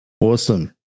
Awesome